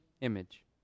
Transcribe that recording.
image